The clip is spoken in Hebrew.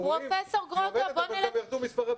אנחנו רואים שהיא יורדת אבל גם ירדו מספר הבדיקות.